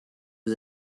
was